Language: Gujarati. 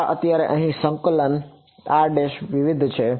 આ અત્યારે અહીં સંકલન છે r વિવિધ છે